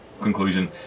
conclusion